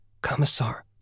Commissar